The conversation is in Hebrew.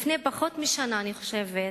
לפני פחות משנה, אני חושבת,